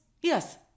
Yes